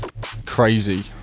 Crazy